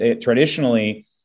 traditionally